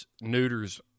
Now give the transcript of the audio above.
neuters